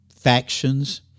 factions